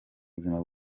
buzima